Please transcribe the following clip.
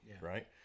right